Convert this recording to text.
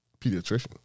pediatrician